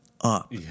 up